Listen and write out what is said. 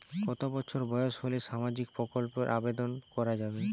কত বছর বয়স হলে সামাজিক প্রকল্পর আবেদন করযাবে?